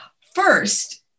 First